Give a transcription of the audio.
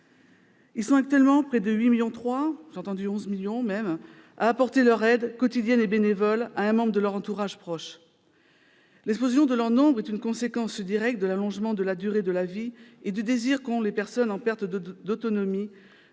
millions selon certaines sources -à apporter leur aide, quotidienne et bénévole, à un membre de leur entourage proche. L'explosion de leur nombre est une conséquence directe de l'allongement de la durée de la vie et du désir qu'ont les personnes en perte d'autonomie